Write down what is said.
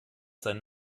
sein